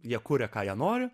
jie kuria ką jie nori